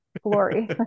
glory